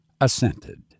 assented